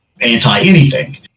anti-anything